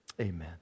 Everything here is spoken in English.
Amen